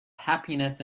happiness